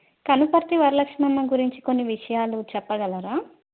కనుపర్తి వరలక్ష్మమ్మ గురించి కొన్ని విషయాలు చెప్పగలరా